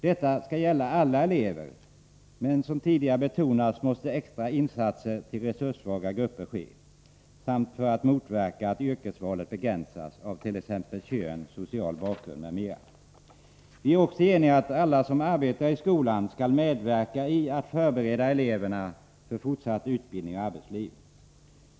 Detta skall gälla alla elever, men som tidigare betonats måste extra insatser göras för resurssvaga grupper — samt för att motverka att yrkesvalet begränsas av kön, social bakgrund m.m. Vi är också eniga om att alla som arbetar i skolan skall medverka till att förbereda eleverna för fortsatt utbildning och för arbetslivet.